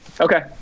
Okay